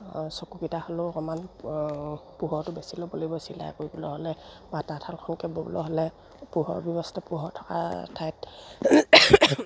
চকুকেইটা হ'লেও অকণমান পোহৰটো বেছি ল'ব লাগিব চিলাই কৰিবলৈ হ'লে বা তাঁতশালখনকে ব'বলৈ হ'লে পোহৰ ব্যৱস্থা পোহৰ থকা ঠাইত